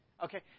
Okay